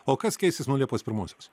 o kas keisis nuo liepos pirmosios